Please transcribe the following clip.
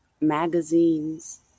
magazines